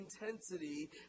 intensity